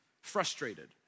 frustrated